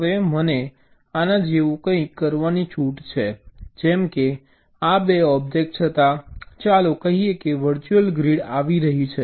હવે મને આના જેવું કંઈક કરવાની છૂટ છે જેમ કે આ 2 ઑબ્જેક્ટ હતા ચાલો કહીએ કે વર્ચ્યુઅલ ગ્રીડ આવી રહી છે